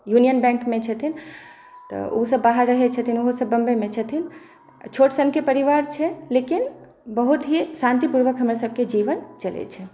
union Bank मे छथिन तऽ ओ सभ बाहर रहै छथिन ओ सभ भी मुम्बइमे रहै छथिन छोट सनके परिवार छै लेकिन बहुत ही शान्ति पुर्वक हमर सभकेँ जीवन चलै छै